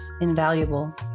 invaluable